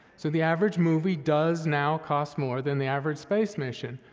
so the average movie does now cost more than the average space mission,